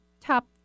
top